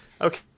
okay